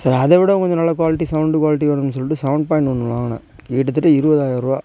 சரி அதை விட கொஞ்சம் நல்ல குவாலிட்டி சவுண்டு குவாலிட்டி வேணும்னு சொல்லிட்டு சவன் பாய்ண்ட் ஒன்று வாங்குனேன் கிட்டத்தட்ட இருவதாயரூவா